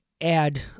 add